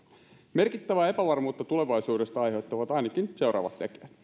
merkittävää epävarmuutta tulevaisuudesta aiheuttavat ainakin seuraavat tekijät